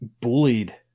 bullied